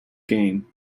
game